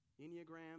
Enneagram